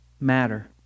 matter